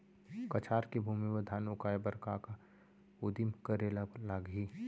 कछार के भूमि मा धान उगाए बर का का उदिम करे ला लागही?